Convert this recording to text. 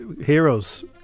heroes